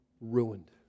ruined